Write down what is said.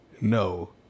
no